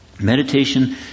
meditation